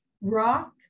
rock